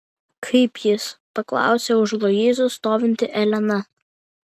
kaip jis paklausė už luizos stovinti elena